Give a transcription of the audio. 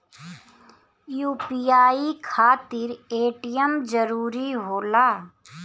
UPI खातिर ATM जरूरी होला?